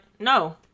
No